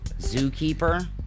zookeeper